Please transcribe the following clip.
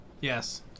Yes